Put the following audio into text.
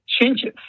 changes